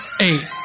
Eight